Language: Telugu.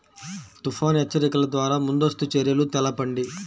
తుఫాను హెచ్చరికల ద్వార ముందస్తు చర్యలు తెలపండి?